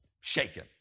shaken